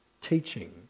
teaching